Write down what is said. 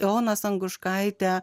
ona sanguškaitė